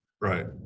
Right